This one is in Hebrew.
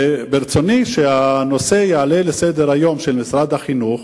וברצוני שהנושא יעלה על סדר-היום של משרד החינוך,